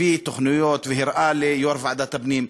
הביא תוכניות והראה ליו"ר ועדת הפנים.